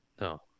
No